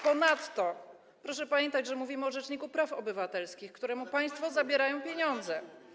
Ponadto proszę pamiętać, że mówimy o rzeczniku praw obywatelskich, któremu państwo zabierają pieniądze.